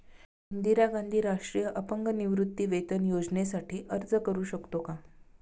इंदिरा गांधी राष्ट्रीय अपंग निवृत्तीवेतन योजनेसाठी अर्ज करू शकतो का?